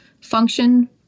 function